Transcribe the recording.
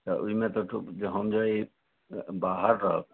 तऽ ओहिमे तऽ हम जे बाहर रहब